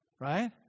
Right